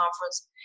Conference